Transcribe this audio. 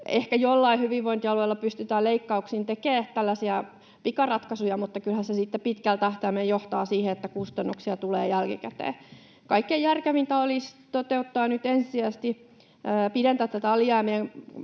Ehkä joillakin hyvinvointialueilla pystytään leikkauksin tekemään tällaisia pikaratkaisuja, mutta kyllähän se sitten pitkällä tähtäimellä johtaa siihen, että kustannuksia tulee jälkikäteen. Kaikkein järkevintä olisi nyt ensisijaisesti pidentää tätä alijäämien